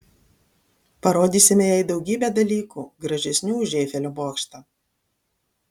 parodysime jai daugybę dalykų gražesnių už eifelio bokštą